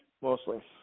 mostly